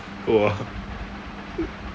!wah!